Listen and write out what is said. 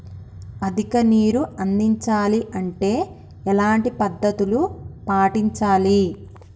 అధిక నీరు అందించాలి అంటే ఎలాంటి పద్ధతులు పాటించాలి?